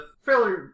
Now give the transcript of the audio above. fairly